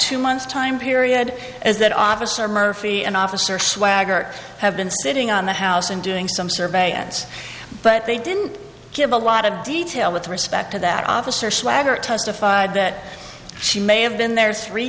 two months time period is that officer murphy and officer swaggart have been sitting on the house and doing some surveillance but they didn't give a lot of detail with respect to that officer swaggart testified that she may have been there three